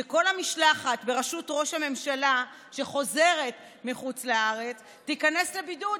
שכל המשלחת בראשות ראש הממשלה שחוזרת מחוץ-לארץ תיכנס לבידוד,